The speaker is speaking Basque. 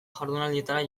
jardunaldietara